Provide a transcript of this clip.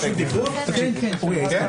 הישיבה